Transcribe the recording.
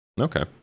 okay